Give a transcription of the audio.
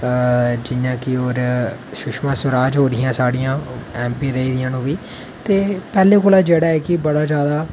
जियां कि होर सुश्मा स्र्वराज होर हियां साढ़ियां ऐम पी रेह्दियां न ओह् पैह्लें कोला दा जेह्ड़ियां कि